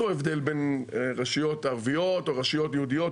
הבדל בין רשויות ערביות או רשויות יהודיות,